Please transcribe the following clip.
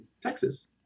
Texas